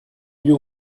you